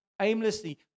aimlessly